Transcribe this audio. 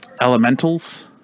elementals